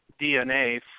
DNA